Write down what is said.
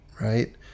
right